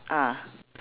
ah